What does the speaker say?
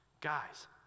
Guys